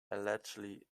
allegedly